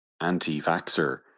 anti-vaxxer